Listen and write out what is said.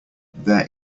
there